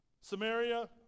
Samaria